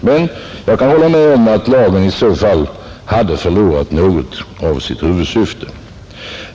Men, som sagt, jag kan hålla med om att lagen i så fall hade förlorat något av sitt huvudsyfte.